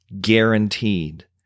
Guaranteed